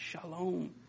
shalom